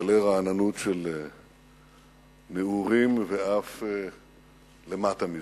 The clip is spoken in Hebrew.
ומגלה רעננות של נעורים ואף למטה מזה.